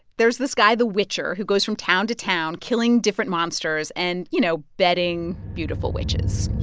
there's this guy, the witcher, who goes from town to town killing different monsters and, you know, bedding beautiful witches